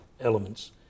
elements